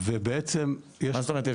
ובעצם --- מה זאת אומרת,